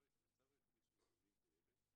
המצב היחיד שמזמנים את הילד,